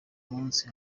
munsi